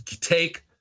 take